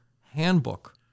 handbook